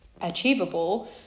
achievable